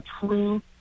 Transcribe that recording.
true